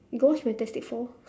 ghost fantastic four